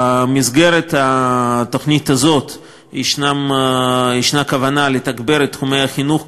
במסגרת התוכנית הזאת יש כוונה לתגבר את תחומי החינוך,